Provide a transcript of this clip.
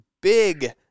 big